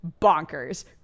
bonkers